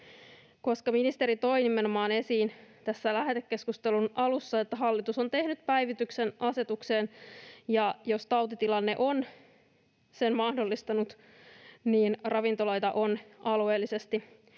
Ministeri toi nimenomaan esiin tämän lähetekeskustelun alussa, että hallitus on tehnyt päivityksen asetukseen, ja jos tautitilanne on sen mahdollistanut, niin ravintoloita on alueellisesti